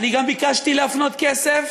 אני גם ביקשתי להפנות כסף,